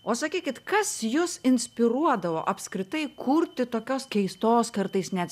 o sakykit kas jus inspiruodavo apskritai kurti tokios keistos kartais net